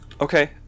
Okay